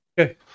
Okay